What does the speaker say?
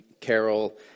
carol